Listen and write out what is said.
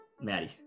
Maddie